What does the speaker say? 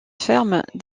ferment